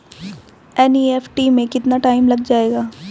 NEFT में कितना time लग जाएगा?